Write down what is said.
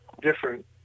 different